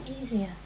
easier